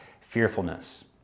fearfulness